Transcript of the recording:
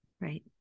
Right